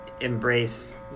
embrace